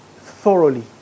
thoroughly